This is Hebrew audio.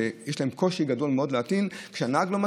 שיש להם קושי גדול מאוד להטעין כשהנהג לא מטעין,